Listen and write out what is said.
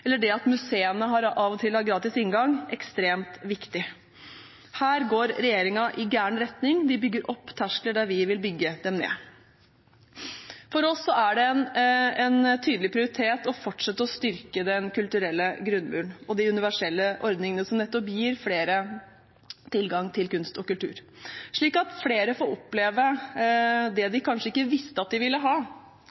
eller det at museene av og til har gratis inngang, ekstremt viktig. Her går regjeringen i gal retning – de bygger opp terskler der vi vil bygge dem ned. For oss er det en tydelig prioritering å fortsette å styrke den kulturelle grunnmuren og de universelle ordningene, som nettopp gir flere tilgang til kunst og kultur, slik at flere får oppleve det